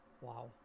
wow